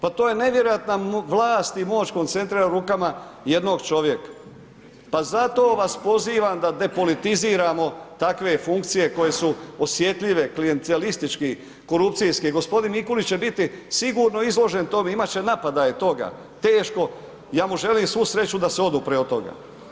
Pa to je nevjerojatna vlast i moć koncentrirana u rukama jednog čovjeka, pa zato vas pozivam da depolitiziramo takve funkcije koje su osjetljive klijentelistički, korupcijski, g. Mikulić će biti sigurno izložen tom, imat će napadaje toga, teško, ja mu želim svu sreću da se odupre od toga.